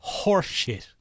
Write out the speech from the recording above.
horseshit